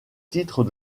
titres